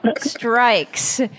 strikes